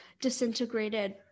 disintegrated